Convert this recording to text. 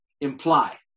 imply